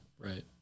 Right